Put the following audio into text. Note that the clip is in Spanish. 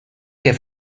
que